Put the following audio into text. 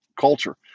culture